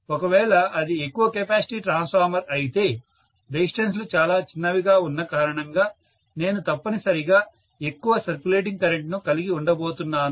ఒకవేళ అది ఎక్కువ కెపాసిటీ ట్రాన్స్ఫార్మర్ అయితే రెసిస్టెన్స్ లు చాలా చిన్నవిగా ఉన్నకారణంగా నేను తప్పనిసరిగా ఎక్కువ సర్క్యులేటింగ్ కరెంటును కలిగి ఉండబోతున్నాను